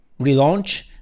relaunch